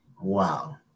Wow